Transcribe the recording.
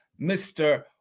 Mr